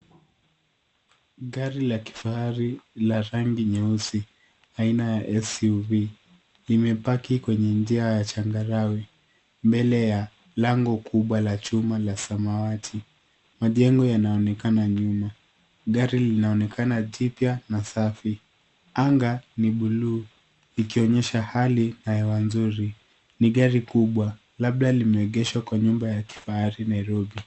Gari la kifahari la rangi nyeusi aina ya SUV limepaki kwenye njia ya changarawe mbele ya lango kubwa la chuma la samawati. Majengo yanaonekana nyuma, gari linaonekana jipya na safi. Anga ni buluu likionyesha hali na hewa nzuri. Ni gari kubwa labda limeegeshwa kwa nyumba ya kifahari Nairobi.